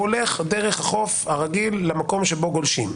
הוא הולך דרך החוף הרגיל למקום שבו גולשים,